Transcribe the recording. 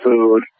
Food